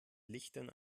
lichtern